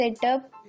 setup